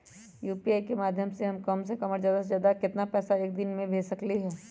UPI के माध्यम से हम कम से कम और ज्यादा से ज्यादा केतना पैसा एक दिन में भेज सकलियै ह?